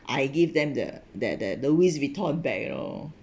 I give them the that that Louis Vuitton bag you know